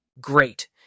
Great